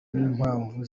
n’impamvu